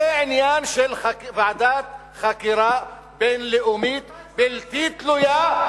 זה עניין של ועדת חקירה בין-לאומית בלתי תלויה,